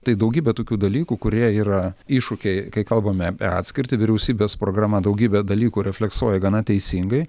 tai daugybė tokių dalykų kurie yra iššūkiai kai kalbame apie atskirtį vyriausybės programa daugybę dalykų refleksuoja gana teisingai